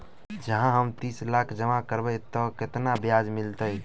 जँ हम तीस लाख जमा करबै तऽ केतना ब्याज मिलतै?